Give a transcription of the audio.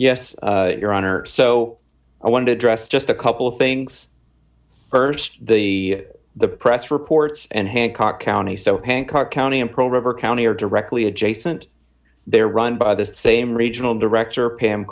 yes your honor so i want to address just a couple of things st the the press reports and hancock county so hancock county and pro river county are directly adjacent they're run by the same regional director pam